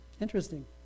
Interesting